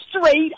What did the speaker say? straight